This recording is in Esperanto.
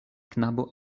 knabo